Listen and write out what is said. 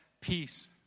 peace